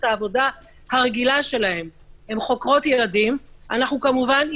העבודה הרגילה שלהן הן חוקרות ילדים כמובן,